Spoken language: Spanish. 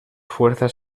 fuerzas